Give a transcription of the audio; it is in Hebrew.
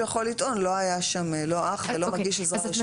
יכול לטעון שלא היה שם אח ולא מגיש עזרה ראשונה,